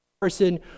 person